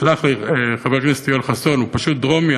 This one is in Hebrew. תסלח לי, חבר הכנסת יואל חסון, הוא פשוט דרומי.